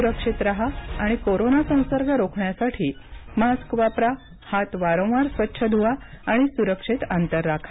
सुरक्षित राहा आणि कोरोना संसर्ग रोखण्यासाठी मास्क वापरा हात वारंवार स्वच्छ धुवा सुरक्षित अंतर ठेवा